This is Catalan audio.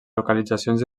localitzacions